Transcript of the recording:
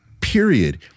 period